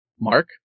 Mark